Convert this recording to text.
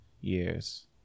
years